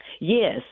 yes